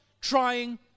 trying